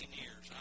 years